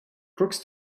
crooks